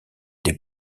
des